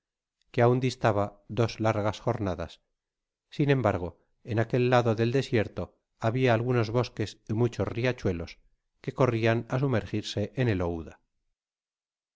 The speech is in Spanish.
que a m distaba dos largas jornadas sin embargo en aquel lado del desierto ha bia algunos bosques y muebos riachuelos que corrían á sumergirse en el